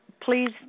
please